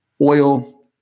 Oil